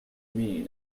mean